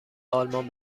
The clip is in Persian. آلمان